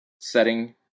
setting